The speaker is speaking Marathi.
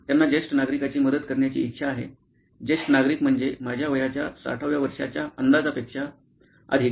त्यांना ज्येष्ठ नागरिकाची मदत करण्याची इच्छा आहे ज्येष्ठ नागरिक म्हणजे माझ्या वयाच्या 60 व्या वर्षाच्या अंदाजापेक्षा अधिक